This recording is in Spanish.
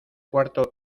cuarto